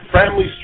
family